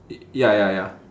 ya ya ya